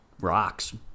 rocks